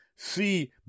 See